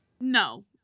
No